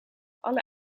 alle